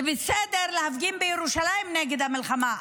זה בסדר להפגין בירושלים נגד המלחמה,